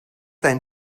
dein